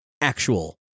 actual